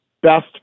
Best